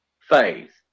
faith